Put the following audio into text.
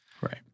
Right